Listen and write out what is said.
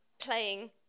Playing